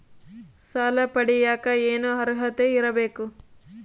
ಸಾಲ ಪಡಿಯಕ ಏನು ಅರ್ಹತೆ ಇರಬೇಕು?